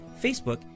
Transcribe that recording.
Facebook